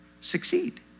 succeed